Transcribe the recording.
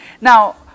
Now